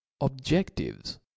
objectives